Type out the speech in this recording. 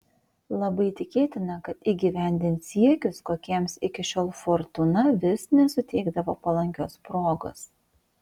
labai tikėtina kad įgyvendins siekius kokiems iki šiol fortūna vis nesuteikdavo palankios progos